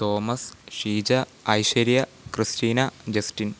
Thomas Sheeja Aishwarya Christina Justin